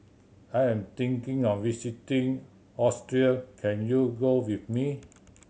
I am thinking of visiting Austria can you go with me